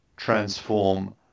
transform